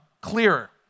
clearer